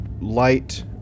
light